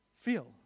feel